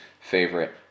favorite